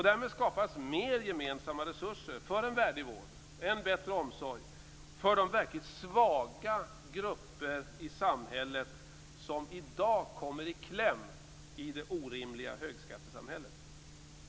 Därmed skapas mer gemensamma resurser för en värdig vård och en bättre omsorg för de verkligt svaga grupper i samhället som i dag kommer i kläm i det orimliga högskattesamhället.